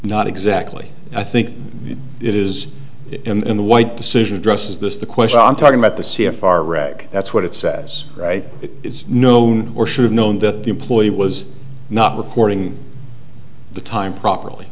not exactly i think it is in the white decision addresses this the question i'm talking about the c f r reg that's what it says right it is known or should have known that the employee was not recording the time properly